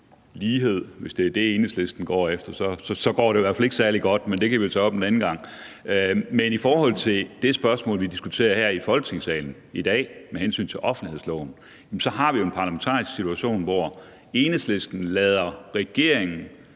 lighed, hvis det er det, Enhedslisten går efter, i hvert fald ikke går særlig godt, men det kan vi tage op en anden gang. I forhold til det spørgsmål, vi diskuterer her i Folketingssalen i dag, om offentlighedsloven, så har vi jo en parlamentarisk situation, hvor Enhedslisten sidder